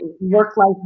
work-life